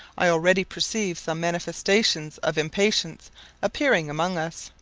i already perceive some manifestations of impatience appearing among us,